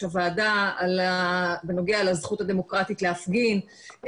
הוועדה בנוגע לזכות הדמוקרטית להפגין,